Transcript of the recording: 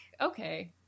okay